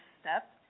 step